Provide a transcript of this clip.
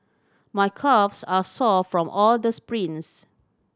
my calves are sore from all the sprints